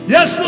Yes